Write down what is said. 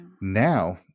Now